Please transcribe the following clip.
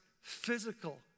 physical